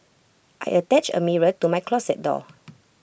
I attached A mirror to my closet door